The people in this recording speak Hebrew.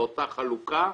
באותה חלוקה,